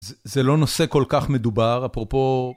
זה לא נושא כל כך מדובר, אפרופו...